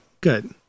Good